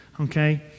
okay